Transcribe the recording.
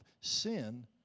Sin